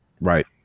Right